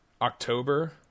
October